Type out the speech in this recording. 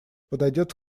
пойдет